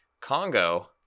Congo